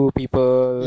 people